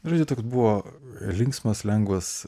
nu žodžiu toks buvo linksmas lengvas